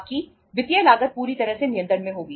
आपकी वित्तीय लागत पूरी तरह से नियंत्रण में होगी